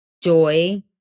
joy